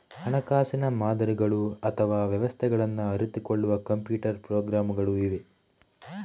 ಹಣಕಾಸಿನ ಮಾದರಿಗಳು ಅಥವಾ ವ್ಯವಸ್ಥೆಗಳನ್ನ ಅರಿತುಕೊಳ್ಳುವ ಕಂಪ್ಯೂಟರ್ ಪ್ರೋಗ್ರಾಮುಗಳು ಇವೆ